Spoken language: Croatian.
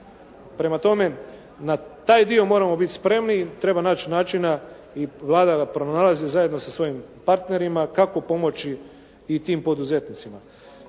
Prema tome, na taj dio moramo biti spremni i treba naći načina i Vlada ga pronalazi zajedno sa svojim partnerima kako pomoći i tim poduzetnicima.